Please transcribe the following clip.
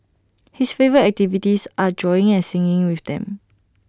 his favourite activities are drawing and singing with them